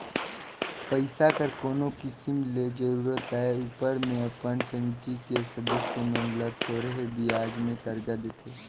पइसा कर कोनो किसिम ले जरूरत आए उपर में अपन समिति के सदस्य मन ल थोरहें बियाज में करजा देथे